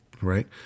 Right